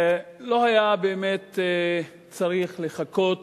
לא היה באמת צריך לחכות